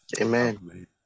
Amen